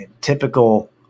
typical